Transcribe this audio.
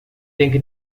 denke